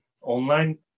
online